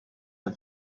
her